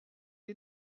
est